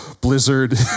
blizzard